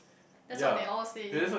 that's what they all say